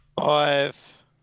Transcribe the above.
five